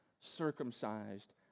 circumcised